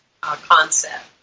concept